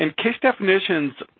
and case definitions,